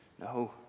No